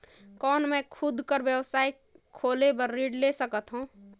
कौन मैं खुद कर व्यवसाय खोले बर ऋण ले सकत हो?